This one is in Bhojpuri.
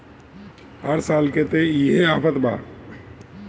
हर साल के त इहे आफत बा